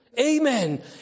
Amen